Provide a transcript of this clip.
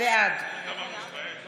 בעד